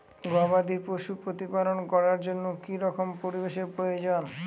গবাদী পশু প্রতিপালন করার জন্য কি রকম পরিবেশের প্রয়োজন?